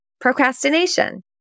procrastination